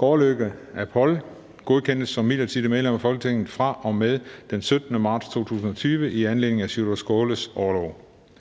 Gaardlykke Apol, godkendes som midlertidigt medlem af Folketinget fra og med den 17. marts 2020 i anledning af Sjúrður Skaales orlov.